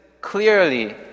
clearly